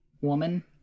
woman